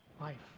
life